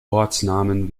ortsnamen